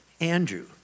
Andrew